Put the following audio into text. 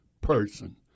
person